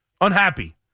Unhappy